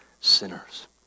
sinners